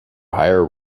higher